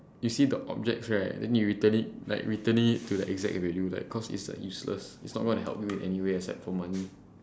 you see the objects right then you return it like returning it to the exact way you like cause it's like useless it's not going to help you in anyway except for money